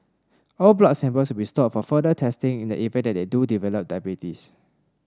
all blood samples be stored for further testing in the event that they do develop diabetes